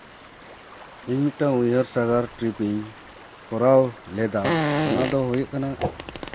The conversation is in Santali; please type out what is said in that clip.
ᱤᱧ ᱢᱤᱫᱴᱟᱝ ᱩᱭᱦᱟᱹᱨ ᱥᱟᱸᱜᱷᱟᱨ ᱴᱨᱤᱯ ᱤᱧ ᱠᱚᱨᱟᱣ ᱞᱮᱫᱟ ᱚᱱᱟ ᱫᱚ ᱦᱩᱭᱩᱜ ᱠᱟᱱᱟ